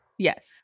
Yes